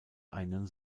einen